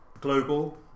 global